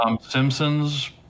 Simpsons